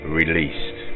released